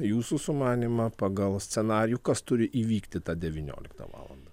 jūsų sumanymą pagal scenarijų kas turi įvykti tą devynioliktą valandą